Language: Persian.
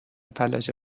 فلج